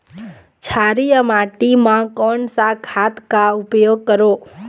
क्षारीय माटी मा कोन सा खाद का उपयोग करों?